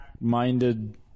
Minded